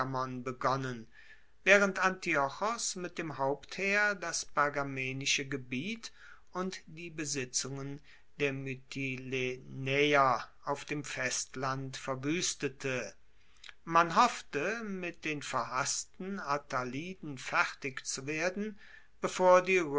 begonnen waehrend antiochos mit dem hauptheer das pergamenische gebiet und die besitzungen der mytilenaeer auf dem festland verwuestete man hoffte mit den verhassten attaliden fertig zu werden bevor die